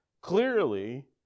Clearly